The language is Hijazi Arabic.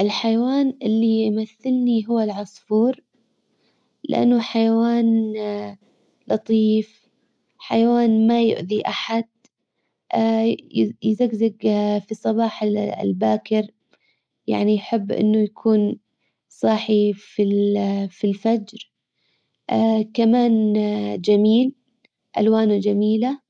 الحيوان اللي يمثلني هو العصفور. لانه حيوان لطيف. حيوان ما يؤذي احد. يزقزق في الصباح الباكر. يعني يحب انه يكون صاحي في في الفجر. كمان جميل. الوانه جميلة.